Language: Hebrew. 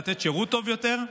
לתת שירות טוב יותר,